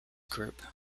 group